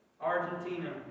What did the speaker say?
Argentina